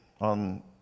on